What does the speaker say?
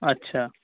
আচ্ছা